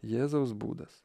jėzaus būdas